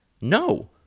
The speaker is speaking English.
No